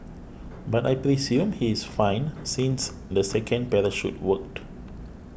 but I presume he is fine since the second parachute worked